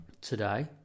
today